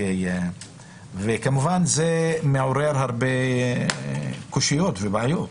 כמובן שזה מעורר הרבה קושיות ובעיות.